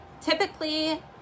typically